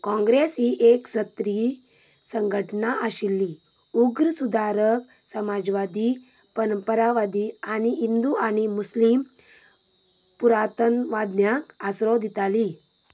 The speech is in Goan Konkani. काँग्रेस ही एक सत्री संघटणा आशिल्ली उग्र सुदारक समाजवादी परंपरावादी आनी इंदू आनी मुस्लीम पुरातनवाज्ञाक आसरो दिताली